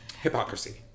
hypocrisy